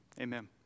amen